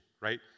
right